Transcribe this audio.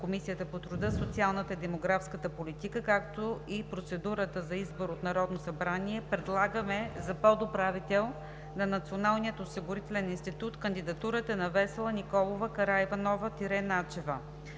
Комисията по труда, социалната и демографската политика, както и процедурата за избор от Народното събрание предлагаме за подуправител на Националния осигурителен институт кандидатурата на Весела Николова Караиванова-Начева.